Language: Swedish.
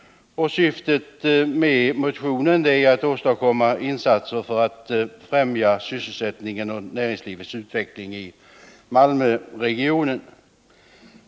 Syftet med motionen är att åstadkomma insatser för att främja sysselsättningen och näringslivets utveckling i Malmöregionen.